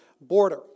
border